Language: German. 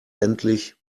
endlich